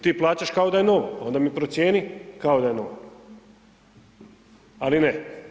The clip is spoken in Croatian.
Ti plaćaš kao da je novo, pa onda mi procijeni kao da je novo, ali ne.